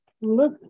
look